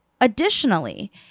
additionally